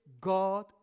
God